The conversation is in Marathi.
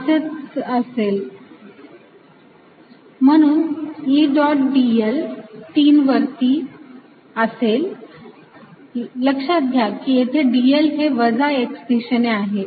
म्हणून E डॉट dl 3 वरती बरोबर असेल लक्षात घ्या की येथे dl हे वजा x दिशेने आहे